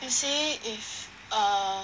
and see if uh